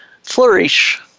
flourish